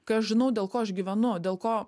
kai aš žinau dėl ko aš gyvenu dėl ko